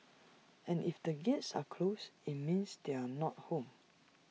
and if the gates are closed IT means they are not home